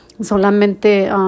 solamente